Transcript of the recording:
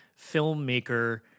filmmaker